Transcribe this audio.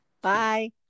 Bye